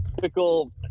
typical